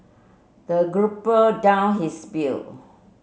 the group down his bill